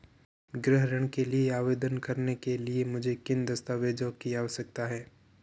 गृह ऋण के लिए आवेदन करने के लिए मुझे किन दस्तावेज़ों की आवश्यकता है?